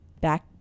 back